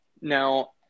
Now